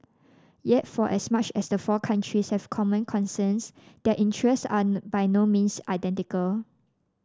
yet for as much as the four countries have common concerns their interests are by no means identical